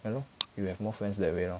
you know you have more friends that way lor